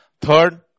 Third